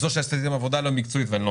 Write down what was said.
אז או שעשיתם עבודה לא מקצועית ואני לא